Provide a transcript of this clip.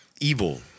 evil